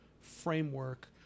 framework